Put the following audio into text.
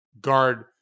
guard